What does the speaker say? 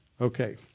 Okay